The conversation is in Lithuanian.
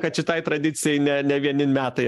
kad šitai tradicijai ne ne vieni metai